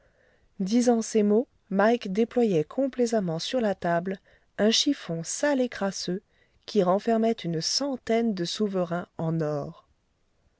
disant ces mots mike déployait complaisamment sur la table un chiffon sale et crasseux qui renfermait une centaine de souverains en or